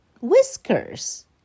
whiskers